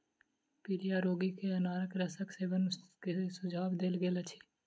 पीलिया रोगी के अनारक रसक सेवन के सुझाव देल गेल अछि